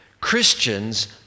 Christians